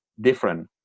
different